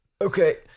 okay